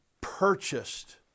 purchased